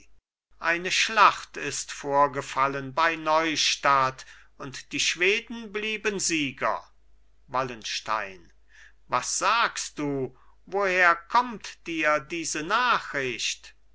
eine schlacht ist vorgefallen bei neustadt und die schweden blieben sieger wallenstein was sagst du woher kommt dir diese nachricht